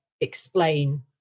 explain